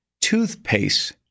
toothpaste